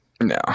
No